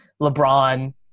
LeBron